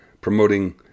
promoting